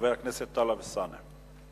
חבר הכנסת טלב אלסאנע.